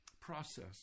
process